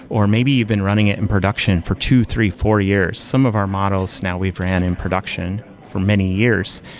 or maybe you've been running it in production for two, three, four years. some of our models now we've ran in production for many years.